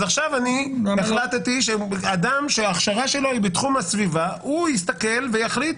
אז עכשיו החלטתי שאדם שההכשרה שלו היא בתחום הסביבה יסתכל ויחליט